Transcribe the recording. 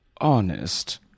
honest